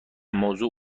موضوع